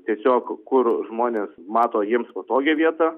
tiesiog kur žmonės mato jiems patogią vietą